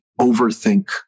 overthink